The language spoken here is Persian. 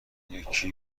یکی